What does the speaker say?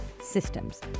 systems